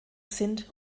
sind